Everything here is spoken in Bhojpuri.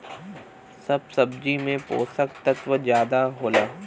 सब सब्जी में पोसक तत्व जादा होला